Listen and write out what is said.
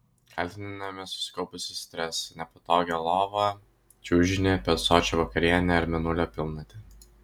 kaltiname susikaupusį stresą nepatogią lovą čiužinį per sočią vakarienę ar mėnulio pilnatį